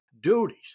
duties